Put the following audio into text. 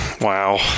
wow